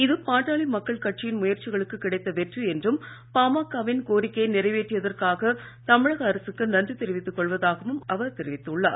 இது பாட்டாளி மக்கள் கட்சியின் முயற்சிகளுக்கு கிடைத்த வெற்றி என்றும் பாமகவின் கோரிக்கையை நிறைவேற்றியதற்காக தமிழக அரசுக்கு நன்றி தெரிவித்துக் கொள்வதாகவும் அவர் தெரிவித்துள்ளார்